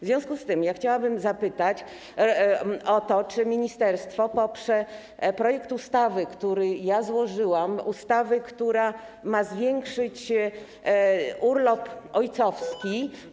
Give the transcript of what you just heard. W związku z tym chciałabym zapytać o to, czy ministerstwo poprze projekt ustawy, który złożyłam, ustawy, która ma zwiększyć wymiar urlopu ojcowskiego.